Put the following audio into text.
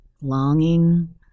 longing